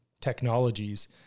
technologies